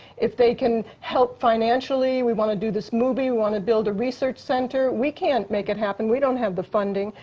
if they can help financially, we wanna do this movie, we wanna build a research center. we can't make it happen. we don't have the funding,